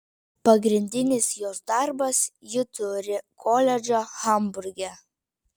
pagrindinis jos darbas ji turi koledžą hamburge